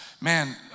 man